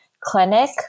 clinic